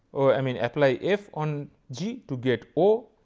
i mean apply f on g to get o.